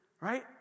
Right